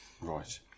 Right